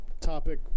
topic